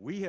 we